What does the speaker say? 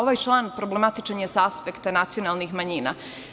Ovaj član problematičan je sa aspekta nacionalnih manjina.